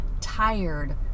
tired